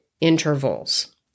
intervals